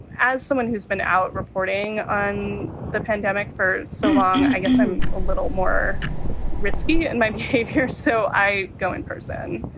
as someone who's been out reporting on the pandemic for so long, i guess i'm a little more risky in my behavior. so i go in person,